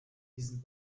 diesen